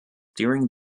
during